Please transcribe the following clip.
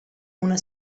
una